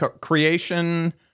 Creation